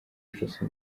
ijosi